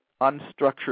unstructured